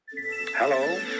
Hello